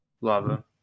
Lava